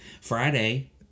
Friday